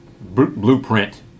blueprint